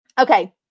okay